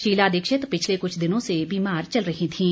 शीला दीक्षित पिछले कुछ दिनों से बीमार चल रही थीं